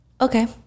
okay